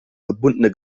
verbundene